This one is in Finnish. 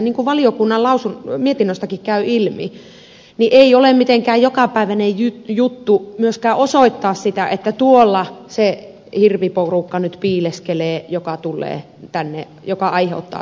ja niin kuin valiokunnan mietinnöstäkin käy ilmi ei ole mitenkään jokapäiväinen juttu myöskään osoittaa sitä että tuolla se hirviporukka nyt piileskelee joka aiheuttaa sitä haittaa